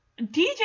DJ